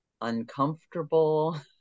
uncomfortable